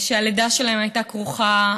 שהלידה שלהן הייתה כרוכה,